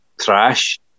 trash